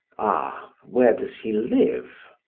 ah, where does he live?